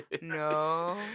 No